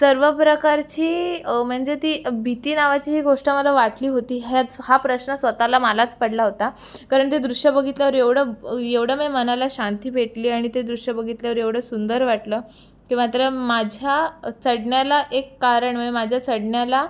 सर्व प्रकारची म्हणजे ती भीती नावाची जी गोष्ट मला वाटली होती ह्य थ हा प्रश्न स्वतःला मलाच पडला होता कारण ते दृष्य बघितल्यावर एवढं एवढं मी मनाला शांती भेटली आणि ते दृष्य बघितल्यावर एवढं सुंदर वाटलं ते मात्र माझ्या चढण्याला एक कारण म्हणजे माझ्या चढण्याला